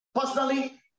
Personally